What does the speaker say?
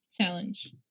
challenge